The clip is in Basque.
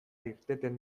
irteten